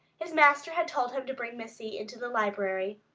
his master had told him to bring missy into the library.